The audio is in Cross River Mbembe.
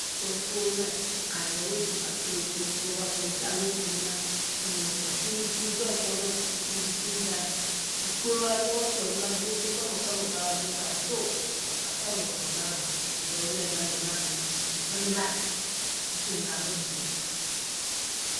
So ffon meh ham ghewosi nkpobha ffort sam. Anang otok khintokfonong. Arip khintah. Mkpobha ntogho atok ffo ottekwam okam obena bii kha so o. okankwam abri ogbaghum. Ndok meh mando masi ma opiri mah e. adem kham hosii.